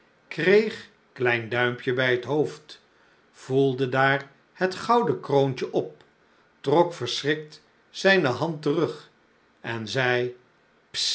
kreeg klein duimpje bij het hoofd voelde daar het gouden kroontje op trok verschrikt zijne hand terug en zei